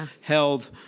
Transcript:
held